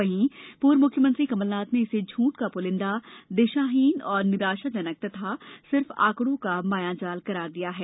वहीं पर्व मुख्यमंत्री कमलनाथ ने इसे झुठ का पुलिंदा दिशाहीन निराशाजनक व सिर्फ़ आँकड़ो का मायाजाल करार दिया है